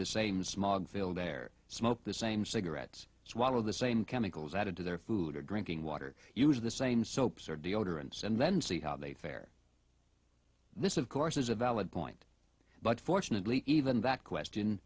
the same smog filled air smoke the same cigarettes swallow the same chemicals added to their food or drinking water use the same soaps or deodorants and then see how they fare this of course is a valid point but fortunately even that question